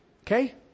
Okay